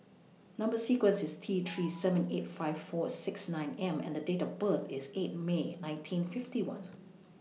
Number sequence IS T three seven eight five four six nine M and Date of birth IS eight May nineteen fifty one